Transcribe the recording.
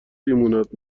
لیموناد